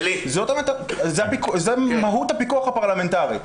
זו מהות הביקורת הפרלמנטרית.